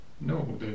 No